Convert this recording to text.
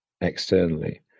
externally